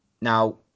Now